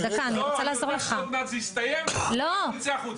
אני יודע שעוד מעט זה יסתיים ואנחנו נצא החוצה.